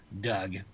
Doug